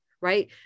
right